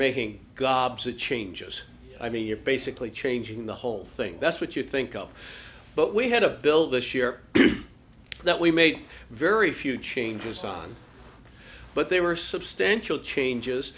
making gobs of changes i mean you're basically changing the whole thing that's what you think of but we had a bill this year that we made very few changes on but they were substantial changes